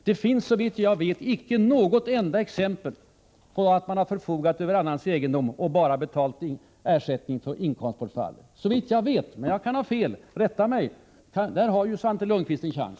Det finns såvitt jag vet icke något enda exempel på att man har förfogat över annans egendom och bara betalat ersättning för inkomstbortfallet. Såvitt jag vet är det så. Men jag kan ha fel. Rätta mig i så fall! Där har ju Svante Lundkvist sin chans.